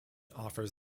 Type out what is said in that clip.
offers